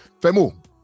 Femo